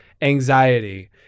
anxiety